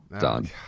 done